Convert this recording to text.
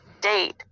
date